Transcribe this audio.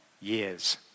years